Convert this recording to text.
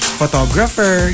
photographer